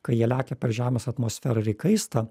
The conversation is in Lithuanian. kai jie lekia per žemės atmosferą ir įkaista